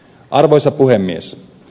arvoisa puhemies